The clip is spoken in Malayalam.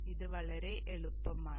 ഇത് വളരെ എളുപ്പമാണ്